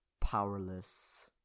powerless